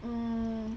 mm